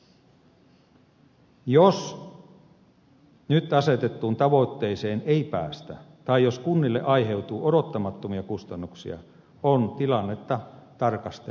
jos nyt asetettuun tavoitteeseen ei päästä tai jos kunnille aiheutuu odottamattomia kustannuksia on tilannetta tarkasteltava uudelleen